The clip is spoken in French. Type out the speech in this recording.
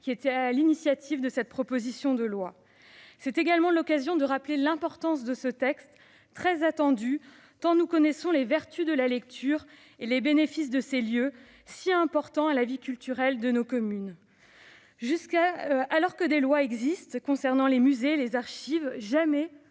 qui est à l'initiative de cette proposition de loi. C'est également l'occasion de rappeler l'importance de ce texte, très attendu, tant nous connaissons les vertus de la lecture et les bénéfices de ces lieux que sont les bibliothèques, si importantes à la vie culturelle de nos communes. Alors que des lois existent concernant les musées et les archives, jamais,